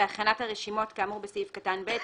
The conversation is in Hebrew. בהכנת הרשימות כאמור בסעיף קטן (ב),